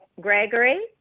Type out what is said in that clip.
Gregory